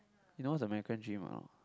you know what's America Dream or not